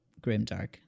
grimdark